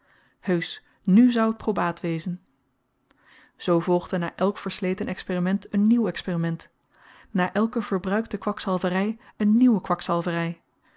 heusch nu zou t probaat wezen zeker zie de laatste bladzyden van pruisen en nederland zoo volgde na elk versleten experiment een nieuw experiment na elke verbruikte kwakzalvery een nieuwe kwakzalvery